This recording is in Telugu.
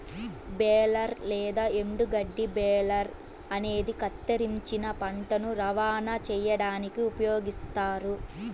బేలర్ లేదా ఎండుగడ్డి బేలర్ అనేది కత్తిరించిన పంటను రవాణా చేయడానికి ఉపయోగిస్తారు